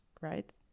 right